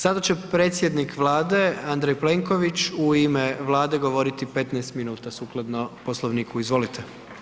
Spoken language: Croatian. Sada će predsjednik Vlade Andrej Plenković u ime Vlade govoriti 15 minuta sukladno Poslovniku, izvolite.